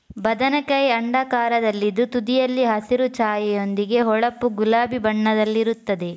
ಬದನೆಕಾಯಿ ಅಂಡಾಕಾರದಲ್ಲಿದ್ದು ತುದಿಯಲ್ಲಿ ಹಸಿರು ಛಾಯೆಯೊಂದಿಗೆ ಹೊಳಪು ಗುಲಾಬಿ ಬಣ್ಣದಲ್ಲಿರುತ್ತದೆ